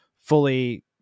fully